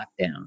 lockdown